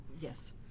Yes